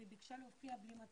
אלא לתחזק את פעילות המרכז.